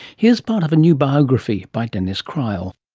here's part of a new biography by denis cryle.